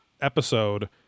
episode